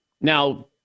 Now